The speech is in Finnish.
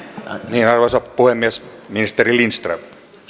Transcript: niin arvoisa puhemies ministeri lindström